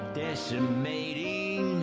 decimating